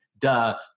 duh